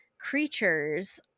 creatures